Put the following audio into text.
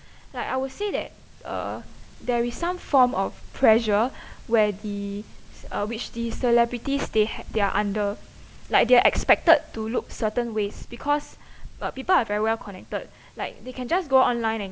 like I would say that uh there is some form of pressure where the uh which the celebrities they had they're under like they're expected to look certain ways because people are very well connected like they can just go online and